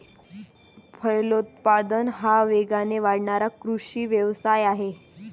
फलोत्पादन हा वेगाने वाढणारा कृषी व्यवसाय आहे